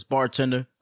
Bartender